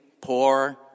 poor